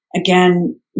Again